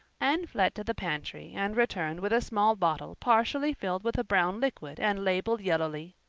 anne fled to the pantry and returned with small bottle partially filled with a brown liquid and labeled yellowly,